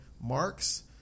Marks